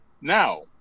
Now